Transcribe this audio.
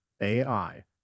AI